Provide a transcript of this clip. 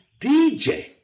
DJ